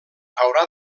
haurà